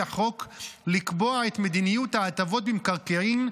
החוק לקבוע את מדיניות ההטבות במקרקעין,